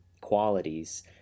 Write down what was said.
qualities